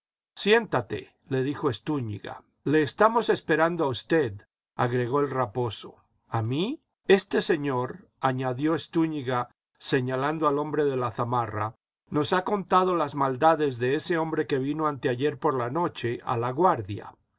siéntate le dijo estúñiga le estábamos esperando a usted agregó el raposo a mí este señor añadió estúñiga señalando al hombre de la zamarra nos ha contado las maldades de ese hombre que vino anteayer por la noche a laguardia